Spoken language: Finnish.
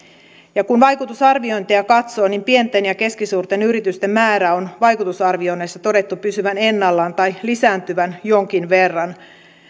kun vaikutusarviointeja katsoo niin pienten ja keskisuurten yritysten määrän on vaikutusarvioinneissa todettu pysyvän ennallaan tai lisääntyvän jonkin verran